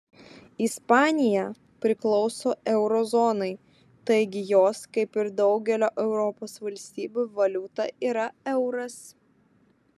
ispanija priklauso euro zonai taigi jos kaip ir daugelio europos valstybių valiuta yra euras